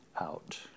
out